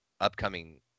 upcoming